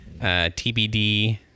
TBD